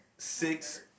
Six